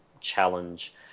challenge